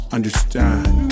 Understand